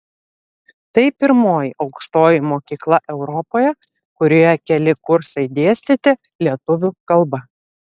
tai pirmoji aukštoji mokykla europoje kurioje keli kursai dėstyti lietuvių kalba